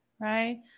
right